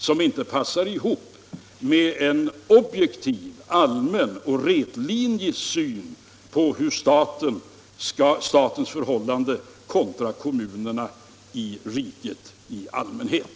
Den passar nämligen inte ihop med en objektiv, allmän och rätlinjig syn på statens förhållande kontra kommunerna i riket i allmänhet.